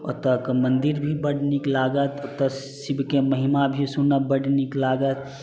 ओतऽके मन्दिर भी बड नीक लागत ओतऽ शिवके महिमा भी सुनब बड नीक लागत ओतऽ